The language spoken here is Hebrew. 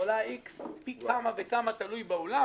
עולה פי כמה וכמה יותר מ-X,